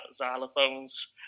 xylophones